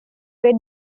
way